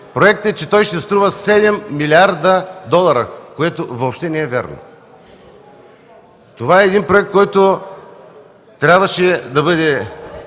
проект, е, че ще струва 7 млрд. долара, което въобще не е вярно! Това е проект, който трябваше да бъде